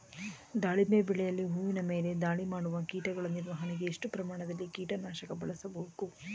ದಾಳಿಂಬೆ ಬೆಳೆಯಲ್ಲಿ ಹೂವಿನ ಮೇಲೆ ದಾಳಿ ಮಾಡುವ ಕೀಟಗಳ ನಿರ್ವಹಣೆಗೆ, ಎಷ್ಟು ಪ್ರಮಾಣದಲ್ಲಿ ಕೀಟ ನಾಶಕ ಬಳಸಬೇಕು?